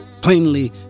plainly